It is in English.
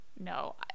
no